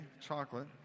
chocolate